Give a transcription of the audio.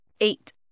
eight